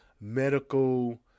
medical